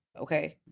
Okay